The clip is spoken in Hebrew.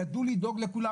ידעו לדאוג לכולם,